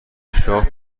شاه